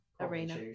Arena